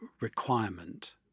Requirement